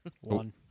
One